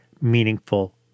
meaningful